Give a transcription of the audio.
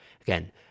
again